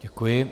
Děkuji.